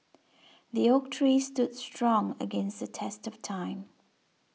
the oak tree stood strong against the test of time